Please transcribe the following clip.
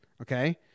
Okay